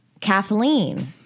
Kathleen